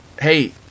hey